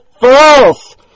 false